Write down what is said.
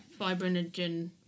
fibrinogen